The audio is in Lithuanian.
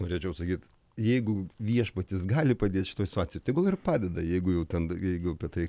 norėčiau sakyt jeigu viešpatis gali padėt šitoj situacijoj tegul ir padeda jeigu jau ten jeigu apie tai